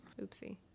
Oopsie